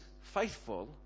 faithful